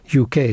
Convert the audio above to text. UK